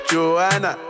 Joanna